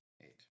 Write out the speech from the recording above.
Eight